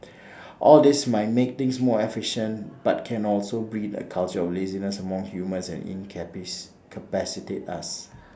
all this might make things more efficient but can also breed A culture of laziness among humans and incapacitate us